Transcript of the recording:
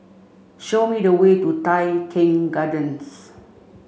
show me the way to Tai Keng Gardens